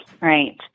Right